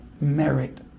merit